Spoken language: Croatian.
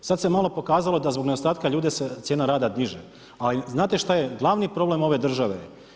Sad se malo pokazalo da zbog nedostatka ljudi se cijena rada diže, a znate šta je glavni problem ove države?